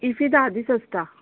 IFFI धा दीस आसता